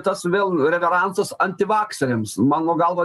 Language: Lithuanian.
tas vėl reveransus antivakseriams mano galva